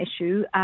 issue